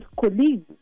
colleagues